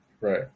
right